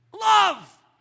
love